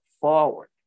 forward